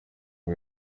ngo